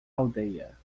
aldeia